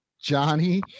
Johnny